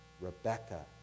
Rebecca